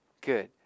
Good